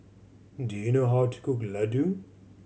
do you know how to cook Ladoo